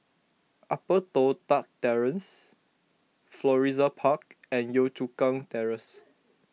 Upper Toh Tuck Terrace Florissa Park and Yio Chu Kang Terrace